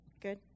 Good